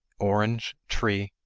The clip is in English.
orange, tree,